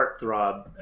Heartthrob